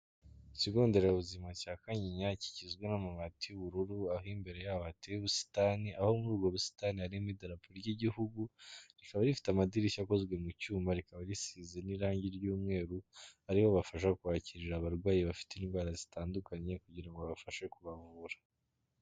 Ikigo nderabuzima cya Kanyinya kikizwe n'amabati y'ubururu aho imbere yabo hateye ubusitani aho muri ubwo busitani harimo Idarapo ry'Igihugu, rikaba rifite amadirishya akozwe mu cyuma rikaba risize n'irangi ry'umweru, ariho bafasha kwakirira abarwayi bafite indwara zitandukanye kugira ngo babafashe kubavura.